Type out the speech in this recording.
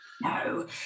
no